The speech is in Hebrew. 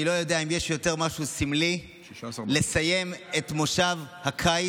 אני לא יודע אם יש משהו יותר סמלי מלסיים את מושב הקיץ